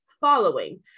following